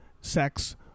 sex